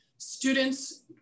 Students